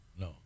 No